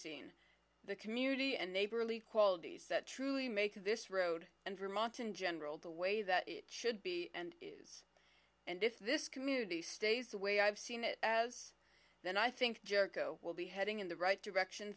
seen the community and neighborly qualities that truly make this road and vermont in general the way that should be and is and if this community stays the way i've seen it then i think jericho will be heading in the right direction